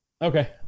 Okay